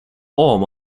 form